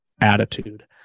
attitude